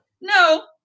No